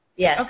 Yes